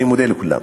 אני מודה לכולם.